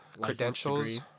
credentials